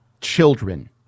children